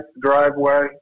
driveway